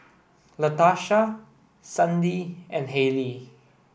Latarsha Sandie and Haylie